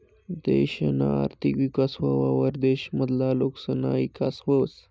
देशना आर्थिक विकास व्हवावर देश मधला लोकसना ईकास व्हस